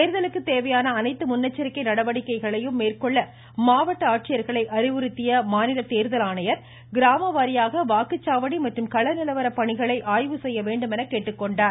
தேர்தலுக்கு தேவையான அனைத்து முன்னெச்சரிக்கை நடவடிக்கைகளையும் மேற்கொள்ள மாவட்ட ஆட்சியர்களை அறிவுறுத்திய மாநில தேர்தல் ஆணையர் கிராமவாரியாக வாக்குச்சாவடி மற்றும் கள நிலவர பணிகளை ஆய்வு செய்ய வேண்டும் என கேட்டுக்கொண்டார்